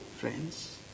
friends